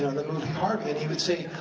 the movie harvey, and he would say,